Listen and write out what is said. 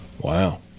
Wow